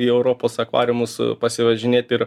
į europos akvariumus pasivažinėt ir